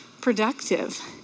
productive